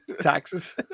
taxes